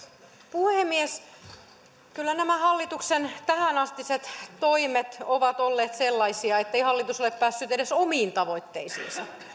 puhemies kyllä nämä hallituksen tähänastiset toimet ovat olleet sellaisia ettei hallitus ole päässyt edes omiin tavoitteisiinsa